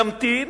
נמתין